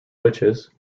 witches